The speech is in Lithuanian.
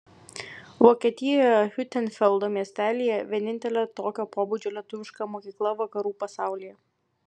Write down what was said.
vokietijoje hiutenfeldo miestelyje vienintelė tokio pobūdžio lietuviška mokykla vakarų pasaulyje